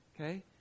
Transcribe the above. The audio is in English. okay